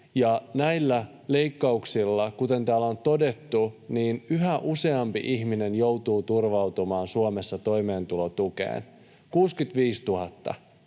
näillä leikkauksilla, kuten täällä on todettu, yhä useampi ihminen joutuu turvautumaan Suomessa toimeentulotukeen, 65 000